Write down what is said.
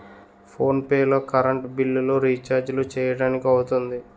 phone pay లో current బిల్లులు, రిచార్జీలు చేయడానికి అవుతుంది